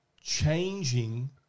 changing